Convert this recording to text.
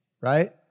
Right